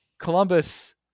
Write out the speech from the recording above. Columbus